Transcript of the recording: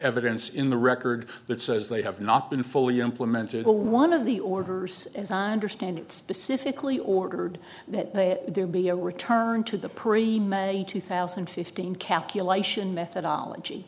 evidence in the record that says they have not been fully implemented one of the orders as i understand it specifically ordered that there be a return to the premeditated two thousand and fifteen calculation methodology